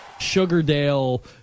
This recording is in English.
Sugardale